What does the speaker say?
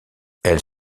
elle